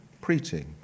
preaching